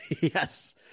Yes